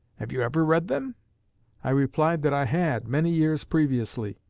have you ever read them i replied that i had, many years previously,